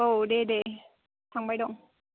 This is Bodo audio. औ दे दे थांबाय दं